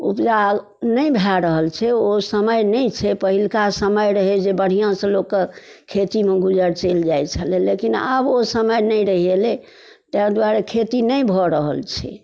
उपजा नहि भए रहल छै ओ समय नहि छै पहिलका समय रहै जे बढ़िआँसँ लोक कऽ खेतीमे गुजर चलि जाइत छलै लेकिन आब ओ समय नहि रहि गेलै ताहि दुआरे खेती नहि भऽ रहल छै